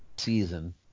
season